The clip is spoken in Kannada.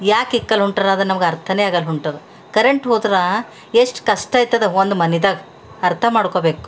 ಏಕೆ ಇಕ್ಕಲ್ಲ ಹೊಂಟರು ಅದನ್ನು ನಮ್ಗೆ ಅರ್ಥನೇ ಆಗಲ್ಲ ಹೊಂಟದ ಕರೆಂಟ್ ಹೋದ್ರೆ ಎಷ್ಟು ಕಷ್ಟ ಆಯ್ತದ ಒಂದು ಮನೆದಾಗ ಅರ್ಥ ಮಾಡ್ಕೊಳ್ಬೇಕು